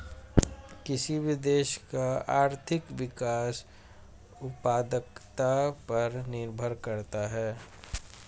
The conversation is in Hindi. किसी भी देश का आर्थिक विकास उत्पादकता पर निर्भर करता हैं